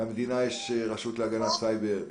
למדינה יש רשות להגנת סייבר,